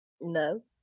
No